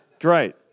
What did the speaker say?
Great